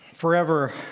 Forever